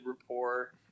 rapport